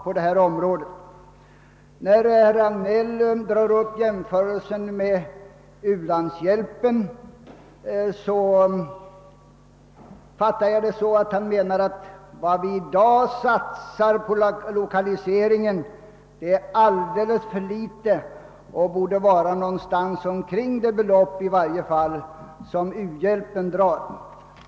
När herr Hagnell drar upp jämförelsen med u-landshjälpen fattar jag honom så, att han menar att det som vi i dag satsar på lokaliseringspolitiken är alldeles för litet och att det i varje fall borde ligga någonstans i närheten av det belopp som går till u-hjälpen.